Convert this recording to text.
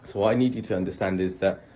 so i need you to understand is that